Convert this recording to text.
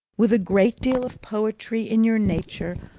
with a great deal of poetry in your nature,